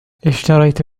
اِشتريت